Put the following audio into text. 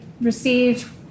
received